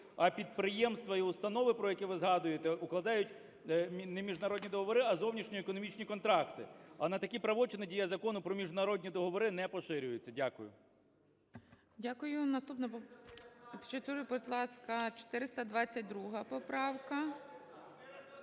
А підприємства і установи, про які ви згадуєте, укладають не міжнародні договори, а зовнішньоекономічні контракти, а на такі правочини дія Закону про міжнародні договори не поширюється. Дякую. ГОЛОВУЮЧИЙ. Дякую. Наступна, будь ласка, 422 поправка.